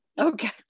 Okay